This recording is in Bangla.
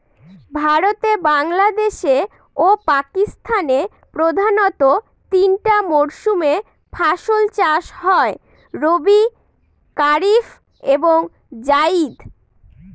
ভারতে বাংলাদেশে ও পাকিস্তানে প্রধানত তিনটা মরসুমে ফাসল চাষ হয় রবি কারিফ এবং জাইদ